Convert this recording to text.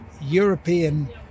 European